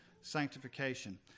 sanctification